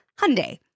Hyundai